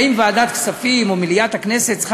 האם ועדת הכספים או מליאת הכנסת צריכה